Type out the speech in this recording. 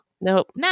Nope